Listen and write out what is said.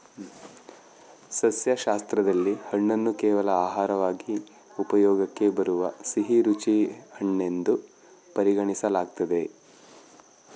ಸಸ್ಯಶಾಸ್ತ್ರದಲ್ಲಿ ಹಣ್ಣನ್ನು ಕೇವಲ ಆಹಾರವಾಗಿ ಉಪಯೋಗಕ್ಕೆ ಬರುವ ಸಿಹಿರುಚಿ ಹಣ್ಣೆನ್ದು ಪರಿಗಣಿಸಲಾಗ್ತದೆ